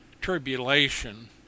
tribulation